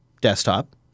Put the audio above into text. desktop